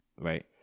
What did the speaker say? right